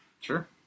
Sure